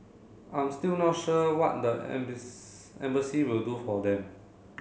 I'm still not sure what the embassy will do for them